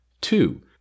Two